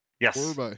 Yes